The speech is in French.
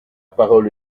parole